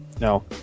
No